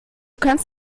kannst